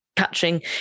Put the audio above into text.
catching